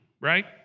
right